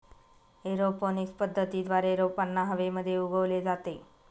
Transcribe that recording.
aeroponics पद्धतीद्वारे रोपांना हवेमध्ये उगवले जाते